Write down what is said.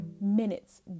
minutes